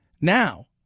now